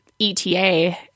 ETA